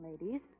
ladies